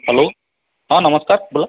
hello हां नमस्कार बोला